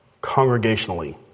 congregationally